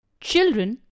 Children